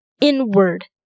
inward